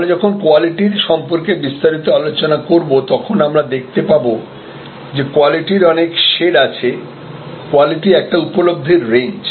আমরা যখন কোয়ালিটির সম্পর্কে বিস্তারিত আলোচনা করব তখন আমরা দেখতে পাবো যে কোয়ালিটির অনেক সেড আছে কোয়ালিটি একটা উপলব্ধির রেঞ্জ